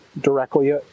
directly